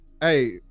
hey